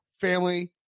family